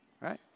right